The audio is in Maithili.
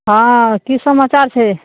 हँ कि समाचार छै